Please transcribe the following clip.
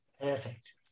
Perfect